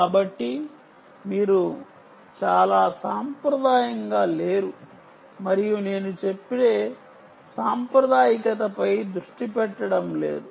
కాబట్టి మీరు చాలా సాంప్రదాయంగా లేరు మరియు నేను చెప్పే సాంప్రదాయికతపై దృష్టి పెట్టడం లేదు